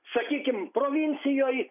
sakykim provincijoj